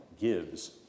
gives